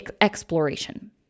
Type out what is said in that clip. exploration